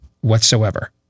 whatsoever